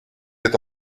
êtes